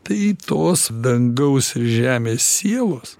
tai tos dangaus ir žemės sielos